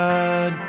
God